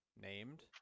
named